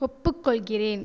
ஒப்புக்கொள்கிறேன்